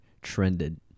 trended